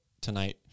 tonight